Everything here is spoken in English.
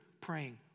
praying